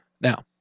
Now